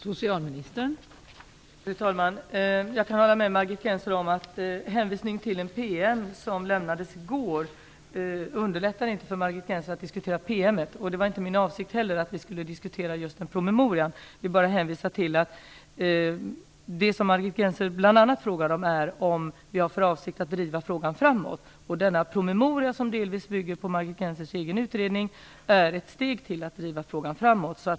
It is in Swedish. Fru talman! Jag kan hålla med Margit Gennser om att en hänvisning till en PM som lämnades i går inte underlättar för henne att diskutera densamma. Det var inte heller min avsikt att vi skulle diskutera just en promemoria. Jag vill bara hänvisa till att det som Margit Gennser bl.a. frågade om är ifall regeringen har för avsikt att driva frågan framåt. Denna promemoria som delvis bygger på Margit Gennsers egen utredning är ett steg till att driva frågan framåt.